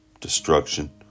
destruction